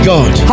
God